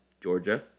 Georgia